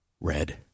Red